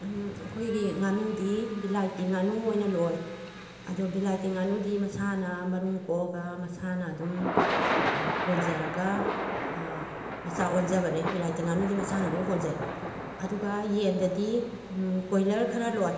ꯑꯩꯈꯣꯏꯒꯤ ꯉꯥꯅꯨꯗꯤ ꯕꯤꯂꯥꯏꯇꯤ ꯉꯥꯅꯨ ꯑꯣꯏꯅ ꯂꯣꯏ ꯑꯗꯣ ꯕꯤꯂꯥꯏꯇꯤ ꯉꯥꯅꯨꯗꯤ ꯃꯁꯥꯅ ꯃꯔꯨꯝ ꯀꯣꯛꯑꯒ ꯃꯁꯥꯅ ꯑꯗꯨꯝ ꯀꯣꯟꯖꯔꯒ ꯃꯆꯥ ꯑꯣꯟꯖꯕꯅꯤ ꯕꯤꯂꯥꯏꯇꯤ ꯉꯥꯅꯨꯗꯤ ꯃꯁꯥꯅ ꯑꯗꯨꯝ ꯀꯣꯟꯖꯩ ꯑꯗꯨꯒ ꯌꯦꯟꯗꯗꯤ ꯀꯣꯏꯂꯔ ꯈꯔ ꯂꯣꯏ